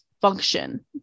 function